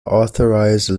unauthorized